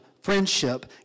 friendship